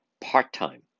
part-time